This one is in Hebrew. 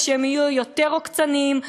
ושהם יהיו יותר עוקצניים,